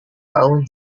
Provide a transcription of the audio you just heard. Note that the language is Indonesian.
tahun